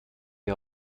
die